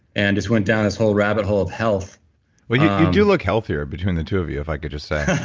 and just went down this whole rabbit hole of health but you do look healthier, between the two of you, if i could just say.